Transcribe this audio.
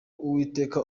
uwiteka